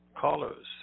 callers